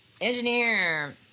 engineer